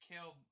killed